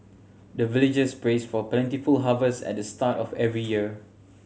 the villagers pray for plentiful harvest at the start of every year